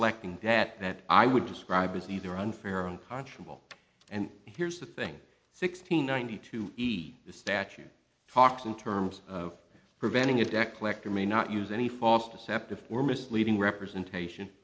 collecting that that i would describe as either unfair unconscionable and here's the thing sixteen ninety two e the statute talks in terms of preventing a deck collector may not use any false deceptive or misleading representation